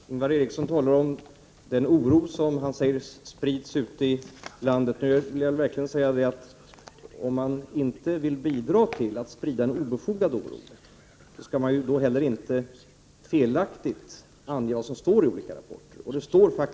Herr talman! Ingvar Eriksson talar om den oro som sprids ute i landet. Jag måste då säga, att om han inte vill bidra till att sprida en obefogad oro skall haniinte heller felaktigt ange vad som står i olika rapporter.